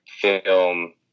film